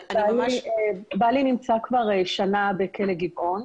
בעלי נמצא כבר שנה בכלא "גבעון".